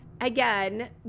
again